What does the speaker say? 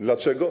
Dlaczego?